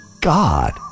God